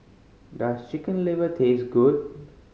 does Chicken Liver taste good